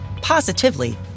positively